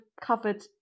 covered